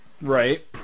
Right